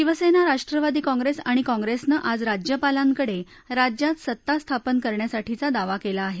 Shiv Sena Rashtrawadi Congress आणि काँग्रेसनं आज राज्यापालांकडे राज्यात सत्ता स्थापन करण्यासाठीचा दावा केला आहे